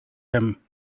him